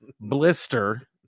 blister